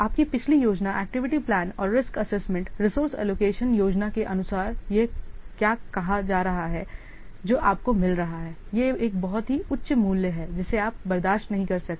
आपकी पिछली योजना एक्टिविटी प्लान और रिस्क एसेसमेंट रिसोर्स एलोकेशन योजना के अनुसार यहाँ क्या कहा जा रहा है जो आपको मिल रहा है यह एक बहुत ही उच्च मूल्य है जिसे आप बर्दाश्त नहीं कर सकते